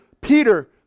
Peter